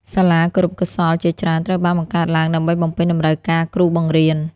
សាលាគរុកោសល្យជាច្រើនត្រូវបានបង្កើតឡើង ដើម្បីបំពេញតម្រូវការគ្រូបង្រៀន។